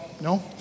No